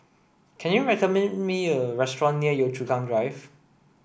can you recommend me a restaurant near Yio Chu Kang Drive